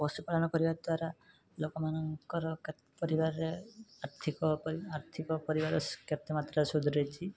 ପଶୁ ପାଳନ କରିବା ଦ୍ଵାରା ଲୋକମାନଙ୍କର କେତେ ପରିବାରରେ ଆର୍ଥିକ ପରି ଆର୍ଥିକ ପରିବାର ସ୍ କେତେ ମାତ୍ରରେ ସୁଧୁରିଛି